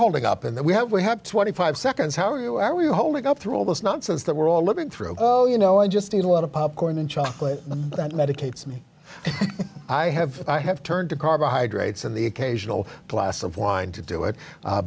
holding up and then we have we have twenty five seconds how are you are you holding up through all this nonsense that we're all living through oh you know i just need a lot of popcorn and chocolate that medicates me i have i have turned to carbohydrates and the occasional glass of wine to do it